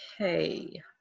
Okay